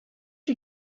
you